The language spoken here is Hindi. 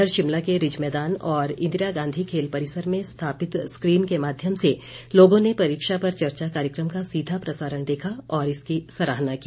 इधर शिमला के रिज मैदान और इंदिरा गांधी खेल परिसर में स्थापित स्क्रीन के माध्यम से लोगों ने परीक्षा पर चर्चा कार्यक्रम का सीधा प्रसारण देखा और इसकी सराहना की